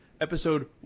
episode